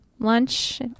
lunch